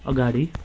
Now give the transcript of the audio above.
अगाडि